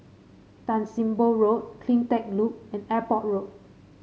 Tan Sim Boh Road CleanTech Loop and Airport Road